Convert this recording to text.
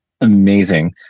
Amazing